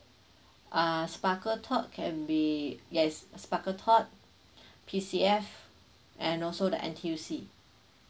uh sparkletot can be yes sparkletot P_C_F and also the N_T_U_C